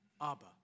Abba